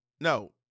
No